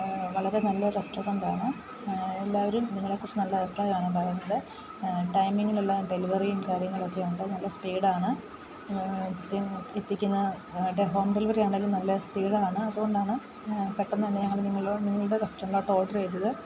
വളരെ നല്ല റസ്റ്റോറൻറ്റാണ് എല്ലാവരും നിങ്ങളെക്കുറിച്ച് നല്ല അഭിപ്രായമാണ് പറയുന്നത് ടൈമിങ്ങിനുള്ള ഡെലിവറിയും കാര്യങ്ങളും ഒക്കെയുണ്ട് നല്ല സ്പീഡാണ് എത്തി എത്തിക്കുന്ന മറ്റെ ഹോം ഡെലിവറി ആണെങ്കിലും നല്ല സ്പീഡാണ് അതുകൊണ്ടാണ് പെട്ടന്നുതന്നെ ഞങ്ങൾ നിങ്ങളുടെ റസ്റ്റോറൻ്റിലോട്ട് ഓഡർ ചെയ്തത്